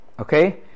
okay